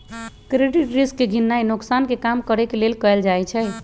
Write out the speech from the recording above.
credit risk के गीणनाइ नोकसान के कम करेके लेल कएल जाइ छइ